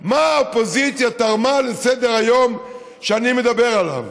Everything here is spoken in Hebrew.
באופוזיציה: מה האופוזיציה תרמה לסדר-היום שאני מדבר עליו?